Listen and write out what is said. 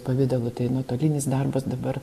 pavidalu tai nuotolinis darbas dabar